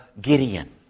Gideon